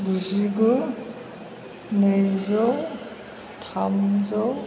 गुजिगु नैजौ थामजौ